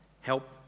help